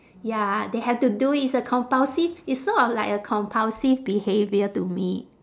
ya they have to do it it's a compulsive it's sort of like a compulsive behaviour to me